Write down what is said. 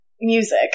music